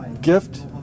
gift